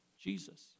Jesus